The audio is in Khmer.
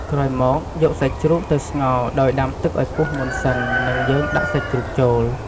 ក្រោយមក យកសាច់ជ្រូកទៅស្ងោរដោយ ដាំទឹកឱ្យពុះសិនមុននឹងយើង ដាក់សាច់ជ្រូកចូល ។